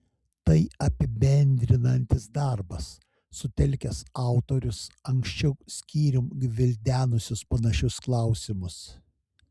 tai apibendrinantis darbas sutelkęs autorius anksčiau skyrium gvildenusius panašius klausimus